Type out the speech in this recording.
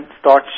start